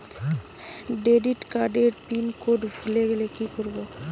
Debit card এর pin code ভুলে গেলে কি করব?